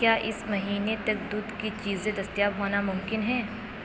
کیا اس مہینے تک دودھ کی چیزیں دستیاب ہونا ممکن ہے